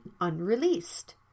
unreleased